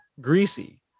greasy